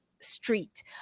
street